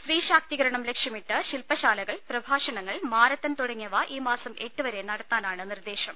സ്ത്രീ ശാക്തീകരണം ലക്ഷ്യമിട്ട് ശില്പശാലകൾ പ്രഭാഷണങ്ങൾ മാരത്തൺ തുടങ്ങിയവ ഈ മാസം എട്ട് വരെ നടത്താനാണ് നിർദേശം